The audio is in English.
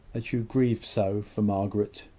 that you grieve so for margaret!